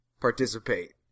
participate